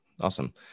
Awesome